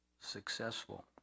successful